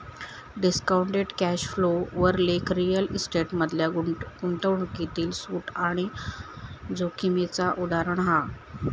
discounted cash flow वर लेख real estate मधल्या गुंतवणूकीतील सूट आणि जोखीमेचा उदाहरण हा